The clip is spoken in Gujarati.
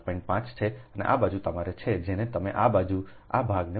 5 છે આ બાજુ તમારું છે જેને તમે આ બાજુ આ ભાગ 0